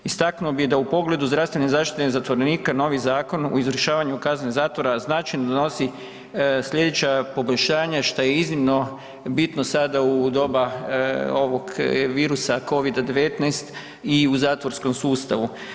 Istaknuo bih da u pogledu zdravstvene zaštite zatvorenika novi zakon u izvršavanju kazne zatvora značajno donosi sljedeća poboljšanja šta je iznimno bitno sada u doba ovog virusa COVID-19 i u zatvorskom sustavu.